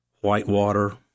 Whitewater